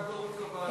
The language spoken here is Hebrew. אני חייב לרוץ לוועדה.